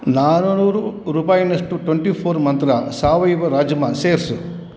ನಾನ್ನೂರು ರೂಪಾಯಿನಷ್ಟು twenty four Mantra ಸಾವಯವ ರಾಜ್ಮಾ ಸೇರಿಸು